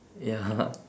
ya